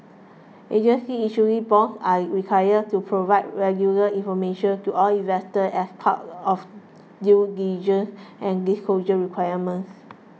agencies issuing bonds are required to provide regular information to all investors as part of due diligence and disclosure requirements